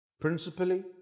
principally